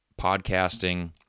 podcasting